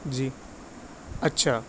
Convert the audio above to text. جی اچھا